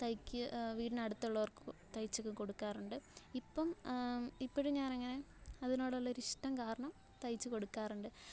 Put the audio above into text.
വീടിനടുത്തുള്ളവർക്ക് തയ്ച്ചൊക്ക കൊടുക്കാറുണ്ട് ഇപ്പം ഇപ്പോഴും ഞാനങ്ങനെ അതിനോടുള്ളൊരു ഇഷ്ടം കാരണം തയ്ച്ച് കൊടുക്കാറുണ്ട്